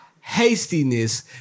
hastiness